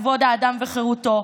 כבוד האדם וחירותו,